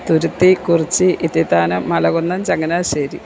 Thuruthy Kurichy Ithithanam Malakunnam Changanassery